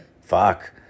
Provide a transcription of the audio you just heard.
fuck